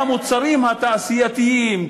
והמוצרים התעשייתיים,